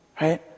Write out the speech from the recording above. Right